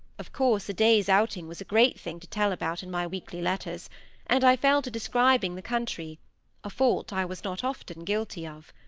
of course, a day's outing was a great thing to tell about in my weekly letters and i fell to describing the country a fault i was not often guilty of.